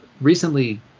recently